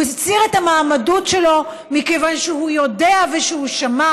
הוא הסיר את המועמדות שלו מכיוון שהוא יודע והוא שמע